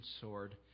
sword